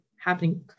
happening